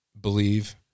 believe